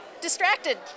distracted